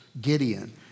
Gideon